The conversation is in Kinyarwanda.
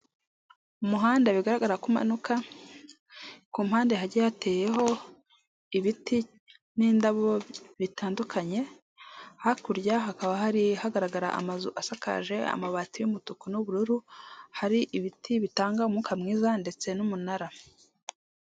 Umuhanda bigaragara ko umanuka ku mpande hakaba hateyeho ibiti n'indabo bitandukanye, hakurya hakaba hagaragara amazu asakaje amabati y'umutuku n'ubururu hari ibiti bitanga umwuka mwiza ndetse n'umunara.